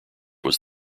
was